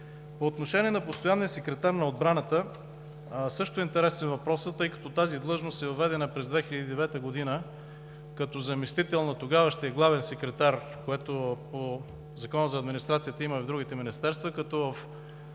По отношение на постоянния секретар на отбраната въпросът също е интересен, тъй като тази длъжност е въведена през 2009 г., като заместител на тогавашния главен секретар, което по Закона за администрацията има и в другите министерства. По